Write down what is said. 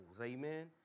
Amen